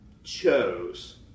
chose